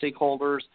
stakeholders